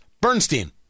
Bernstein